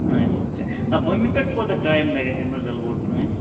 اچھا اچھا آ بُمنہِ پیٚٹھٕ کوٗتاہ ٹایِم لگہِ اَسہِ یمبٕرزَل ہوٹل تام